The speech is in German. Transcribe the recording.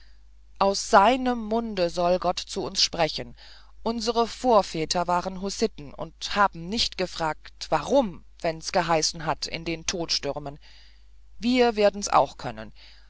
aus seinem munde soll gott zu uns sprechen unsere vorväter waren hussitten und haben nicht gefragt warum wenn's geheißen hat in den tod stürmen wir werden's auch können